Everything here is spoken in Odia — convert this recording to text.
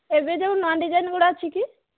ଏବେ ଯେଉଁ ନୂଆ ଡିଜାଇନ୍ଗୁଡ଼ା ଅଛି କି